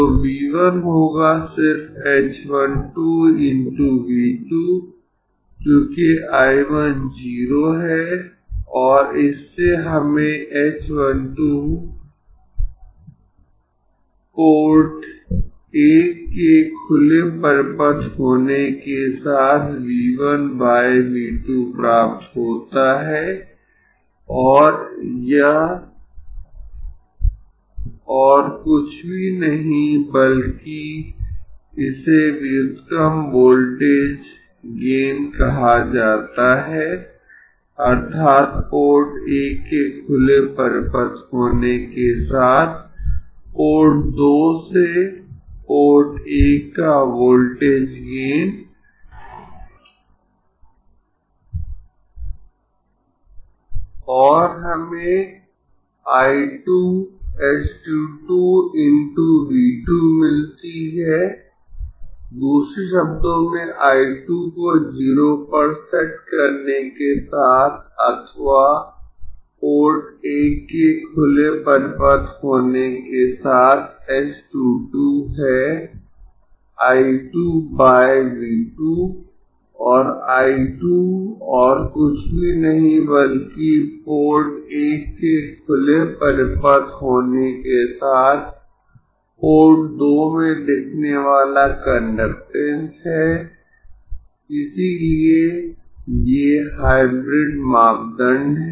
तो V 1 होगा सिर्फ h 1 2 × V 2 क्योंकि I 1 0 है और इससे हमें h 1 2 पोर्ट 1 के खुले परिपथ होने के साथ V 1 बाय V 2 प्राप्त होता है और यह और कुछ भी नहीं बल्कि इसे व्युत्क्रम वोल्टेज गेन कहा जाता है अर्थात् पोर्ट 1 के खुले परिपथ होने के साथ पोर्ट 2 से पोर्ट 1 का वोल्टेज गेन और हमें I 2 h 2 2 × V 2 मिलती है दूसरे शब्दों में I 2 को 0 पर सेट करने के साथ अथवा पोर्ट 1 के खुले परिपथ होने के साथ h 2 2 है I 2 बाय V 2 और I 2 और कुछ भी नहीं बल्कि पोर्ट 1 के खुले परिपथ होने के साथ पोर्ट 2 में दिखने वाला कंडक्टेन्स है इसीलिए ये हाइब्रिड मापदंड है